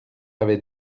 avait